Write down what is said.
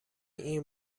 این